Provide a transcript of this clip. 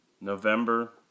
November